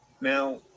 Now